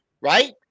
right